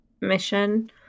mission